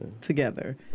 together